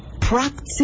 practice